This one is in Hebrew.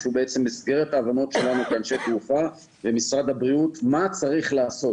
שהוא בעצם מסגרת ההבנות שלנו כאנשי תעופה ומשרד הבריאות מה צריך לעשות.